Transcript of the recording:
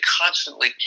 constantly